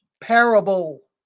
parable